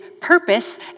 purpose